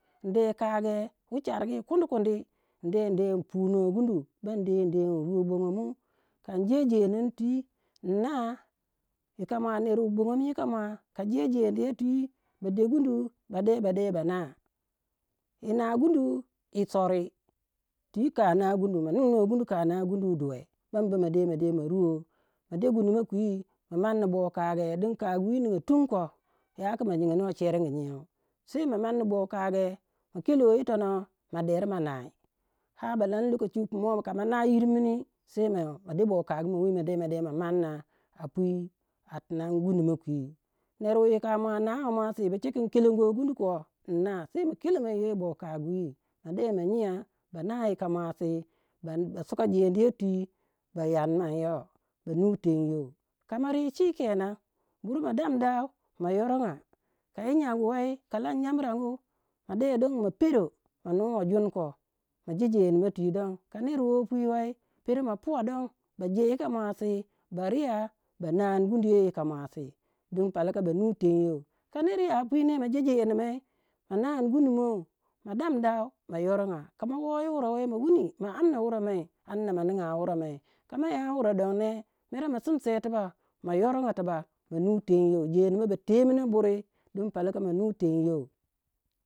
in de kage wu charigi kundikundi in de in punoi gundu in de in ruwo bongomu kan jejendin twi in naa. Yika mua ner wu bongomu yika mua ka jejendiya twi ba de gundu ba de ba naa. Yi naa gundu yi sori, twi kanagundu, ma ninga gudu a kanagumdu wu duwe ba ma de ma ruwo ma de gundu ma kwi ma manni bokoge don kagu wi ninga tum koh yaku ma nyingnou cheringyou, sei ma manni bokage ma kelo yi tonoh ma deri ma nai ar ba lan jor du kama naa yirmini sei ma de bokagimo wi ma de ma manna a pwi gundumou kwi. Ner wu yika mua nawei muasi ba che kin kelenguwe gundu koh in naa sei ma kelo minyo yi bokagu wi ma nyiya ba na yika muasi basuka jendiya twi ba yarmanyou ba nu tengyou. Ka mari bur ma damdou ma yoronga kayi nyanngu wei ka lan nyamrangu ma de don ma pero ma nuwe jun koh ma je jenimei twi don. Ka ner woh pwi wei pero ma puwa don ba je yika muasi ba riya ba naani gunduyou yika mausi din palaka ba nu tengyou, ka ner ya pwi ne ma je jenimei, ma naani gundu mou ma damdau ma yoronga. Ka ma woh yi wure wei ma wuni ma amna ma ninga wure mei, kama ya wurei don ne mere ma simse tibak, ma yoronga tibak, jendi mei ba temino buri palaka ma nu tengyou.